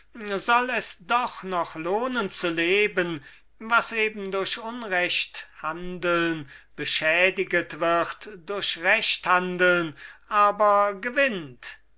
soll es doch noch lohnen zu leben was eben durch unrechthandeln beschädigt wird durch rechthandeln aber gewinnt